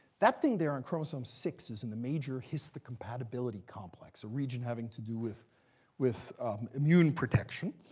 that thing there on chromosome six is in the major histocompatibility complex, a region having to do with with immune protection,